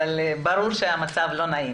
ברור שהמצב לא נעים.